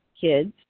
kids